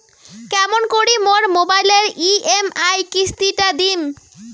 কেমন করি মোর মোবাইলের ই.এম.আই কিস্তি টা দিম?